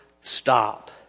stop